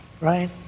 right